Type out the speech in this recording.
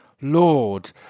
Lord